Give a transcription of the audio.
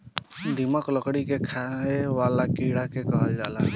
दीमक, लकड़ी के खाए वाला कीड़ा के कहल जाला